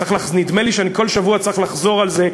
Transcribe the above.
נדמה לי שאני כל שבוע צריך לחזור על זה,